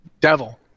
Devil